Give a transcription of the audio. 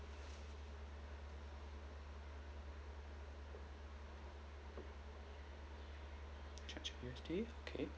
okay